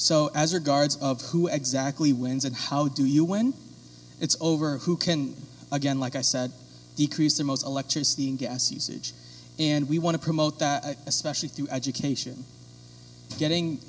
so as regards of who exactly wins and how do you when it's over who can again like i said decrease the most elections the gas usage and we want to promote that especially through education getting